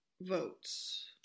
votes